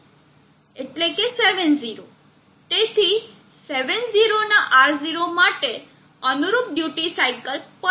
તેથી 70 ના R0 માટે અનુરૂપ ડ્યુટી સાઇકલ 0